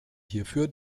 hierfür